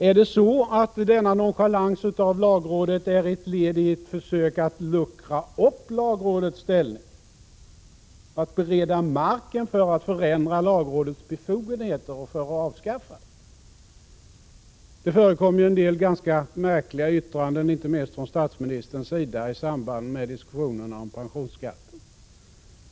Är denna nonchalans av lagrådet ett led i ett försök att luckra upp dess ställning och att bereda mark för att förändra dess befogenheter eller för att avskaffa det? Det förekom ju en del ganska märkliga yttranden, inte minst från statsministerns sida, i samband med diskussionerna om pensionsskatten.